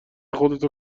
خودتو